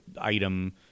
item